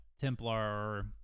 Templar